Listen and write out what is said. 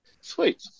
Sweet